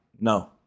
No